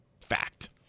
fact